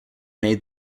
made